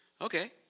okay